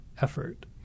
effort